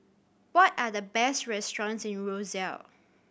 what are the best restaurants in Roseau